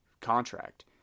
contract